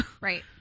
Right